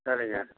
சரிங்க